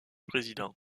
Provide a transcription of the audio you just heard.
président